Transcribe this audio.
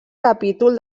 capítol